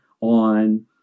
on